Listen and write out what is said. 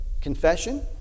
confession